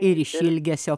ir iš ilgesio